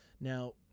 Now